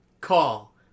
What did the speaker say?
call